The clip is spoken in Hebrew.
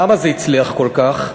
למה זה הצליח כל כך,